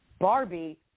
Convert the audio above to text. Barbie